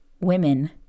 women